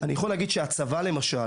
אני יכול להגיד שהצבא למשל,